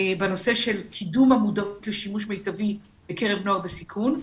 בנושא של קידום המודעות לשימוש מיטבי בקרב נוער בסיכון,